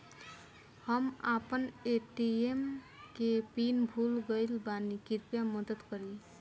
हम आपन ए.टी.एम के पीन भूल गइल बानी कृपया मदद करी